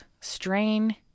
strain